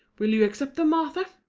will you accept them, arthur?